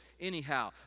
anyhow